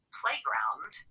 playground